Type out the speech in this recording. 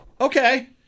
okay